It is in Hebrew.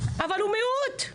אבל הוא מיעוט,